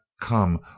come